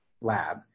lab